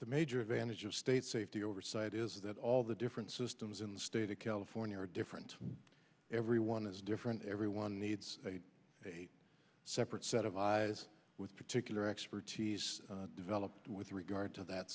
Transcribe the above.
the major advantage of state safety oversight is that all the different systems in the state of california are different everyone is different everyone needs a separate set of eyes with particular expertise developed with regard to that